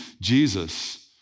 Jesus